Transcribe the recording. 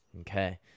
Okay